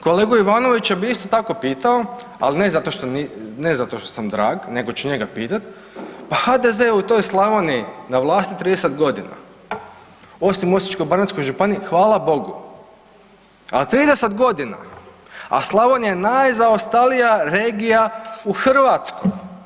Kolegu Ivanovića bi isto tako pitao, al ne zato što sam drag nego ću njega pitat, pa HDZ je u toj Slavoniji na vlasti 30 godina, osim Osječko-baranjskoj županiji hvala Bogu, a 30 godina, a Slavonija najzaostalija regija u Hrvatskoj.